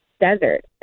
desert